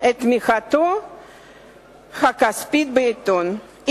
את תמיכתו הכספית בעיתון,